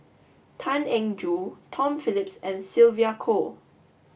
Tan Eng Joo Tom Phillips and Sylvia Kho